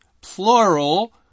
plural